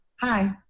Hi